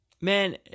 man